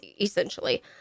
essentially